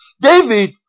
David